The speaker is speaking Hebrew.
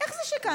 איך זה שכאן,